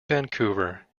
vancouver